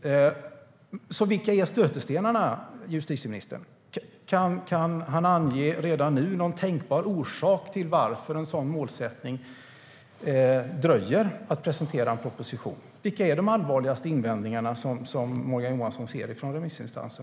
Vilka är stötestenarna, justitieministern? Kan han redan nu ange någon tänkbar orsak till att en sådan målsättning dröjer, om att presentera en proposition? Vilka är de allvarligaste invändningar från remissinstanserna som Morgan Johansson ser?